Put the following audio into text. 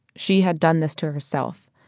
she had done this to herself.